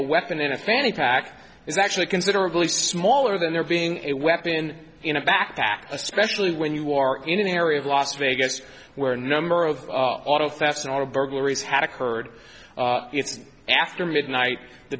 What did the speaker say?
a weapon in a fanny pack is actually considerably smaller than there being a weapon in a backpack especially when you are in an area of las vegas where a number of auto theft auto burglaries had occurred it's after midnight the